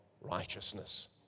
righteousness